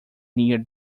near